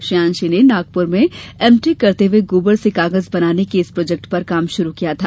श्रेयांशी ने नागपुर में एमटेक करते हुए गोबर से कागज बनाने के इस प्रोजेक्ट पर काम शुरू किया था